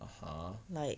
(uh huh)